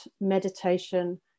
meditation